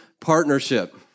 partnership